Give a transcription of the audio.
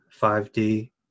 5D